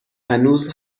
هنوز